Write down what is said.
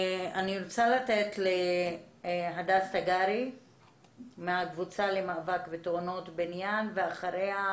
אתן להדס תגרי מהקבוצה למאבק בתאונות בניין לדבר; ואחריה